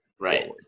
Right